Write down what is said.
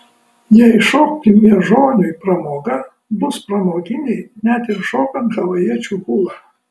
jei šokti miežoniui pramoga bus pramoginiai net ir šokant havajiečių hulą